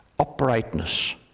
Uprightness